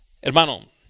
Hermano